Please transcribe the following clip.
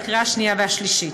לקריאה שנייה ושלישית.